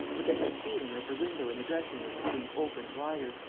but they had a feeling that the window in the dressing-room was being opened wider,